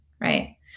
right